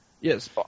Yes